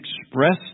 expressed